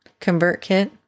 ConvertKit